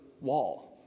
wall